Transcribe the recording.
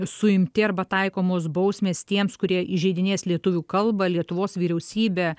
suimti arba taikomos bausmės tiems kurie įžeidinės lietuvių kalbą lietuvos vyriausybę